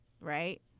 right